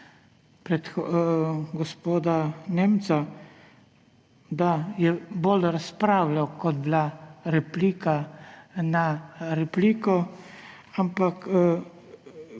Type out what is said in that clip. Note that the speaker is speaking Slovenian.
gospoda Nemca, da je bolj razpravljal, kot je bila replika na razpravo, ampak